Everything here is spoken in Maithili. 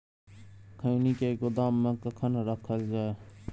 खैनी के गोदाम में कखन रखल जाय?